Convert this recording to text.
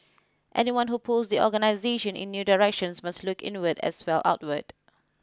anyone who pulls the organisation in new directions must look inward as well outward